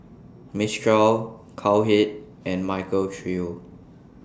Mistral Cowhead and Michael Trio